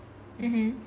mmhmm